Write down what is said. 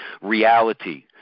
reality